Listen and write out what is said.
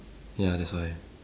ya that's why